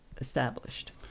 established